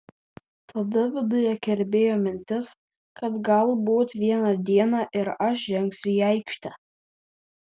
tada viduje kirbėjo mintis kad galbūt vieną dieną ir aš žengsiu į aikštę